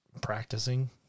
practicing